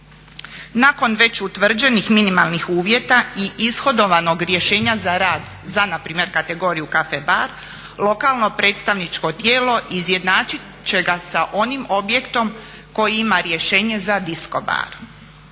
Nakon već utvrđenih minimalnih uvjeta i ishodovanog rješenja za rad za npr. kategoriju caffe bar lokalno predstavničko tijelo izjednačit će ga sa onim objektom koji ima rješenje za disko bar.